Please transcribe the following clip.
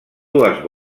dues